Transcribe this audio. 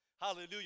Hallelujah